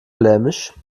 flämisch